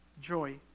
joy